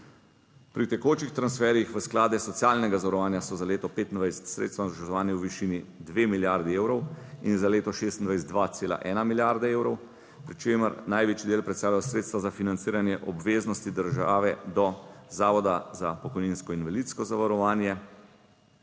Pri tekočih transferjih v sklade socialnega zavarovanja so za leto 2025 sredstva načrtovana v višini dve milijardi evrov in za leto 2026 2,1 milijarde evrov, pri čemer največji del predstavljajo sredstva za financiranje obveznosti države do Zavoda za pokojninsko in invalidsko zavarovanje.